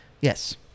Yes